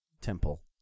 temple